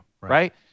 right